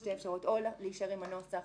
שתי אפשרויות: או להישאר עם הנוסח